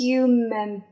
Human